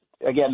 again